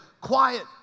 quiet